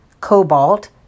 cobalt